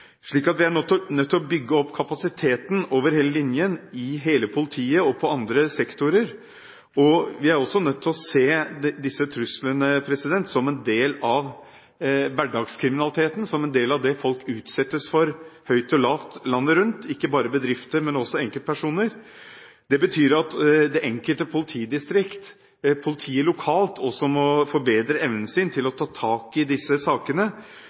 Vi er nødt til å bygge opp kapasiteten over hele linjen – i hele politiet og på andre sektorer. Vi er også nødt til å se disse truslene som en del av hverdagskriminaliteten, som en del av det folk utsettes for – høyt og lavt – landet rundt, ikke bare bedrifter, men også enkeltpersoner. Det betyr at det enkelte politidistrikt og politiet lokalt også må forbedre evnen til å ta tak i disse sakene